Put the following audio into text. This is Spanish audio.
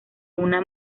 una